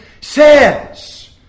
says